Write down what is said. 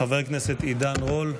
חבר הכנסת עידן רול,